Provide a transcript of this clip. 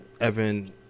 Evan